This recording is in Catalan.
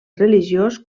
religiós